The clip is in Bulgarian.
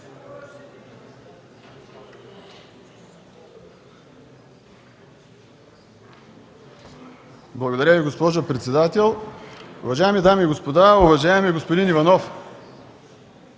Благодаря Ви, госпожо председател. Уважаеми дами и господа! Уважаеми господин Иванов,